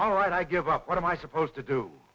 all right i give up what am i supposed to do